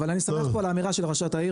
אבל אני סומך פה על האמירה של ראשת העיר